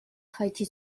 jaitsi